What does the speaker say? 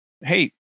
hey